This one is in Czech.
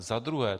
Za druhé.